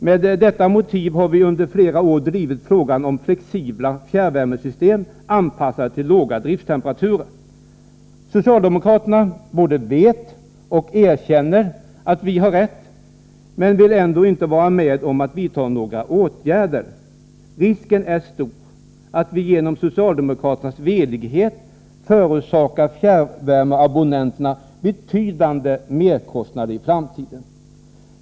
Med detta motiv har vi under flera år drivit frågan om flexibla fjärrvärmesystem, anpassade till låga driftstemperaturer. Socialdemokraterna både vet och erkänner att vi har rätt, men vill ändå inte vara med om att vidta några åtgärder. Risken är stor att vi på grund av socialdemokraternas velighet förorsakar fjärrvärmeabonnenterna betydande merkostnader i framtiden.